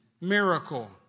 miracle